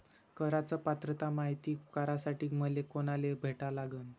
कराच पात्रता मायती करासाठी मले कोनाले भेटा लागन?